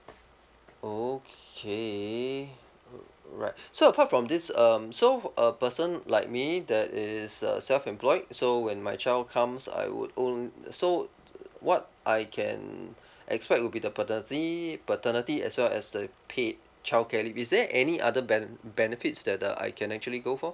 okay right so apart from this um so a person like me that is a self employed so when my child comes I would own so what I can expect would be the paternity paternity as well as the paid childcare leave is there any other ben~ benefits that uh I can actually go for